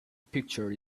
picture